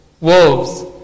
wolves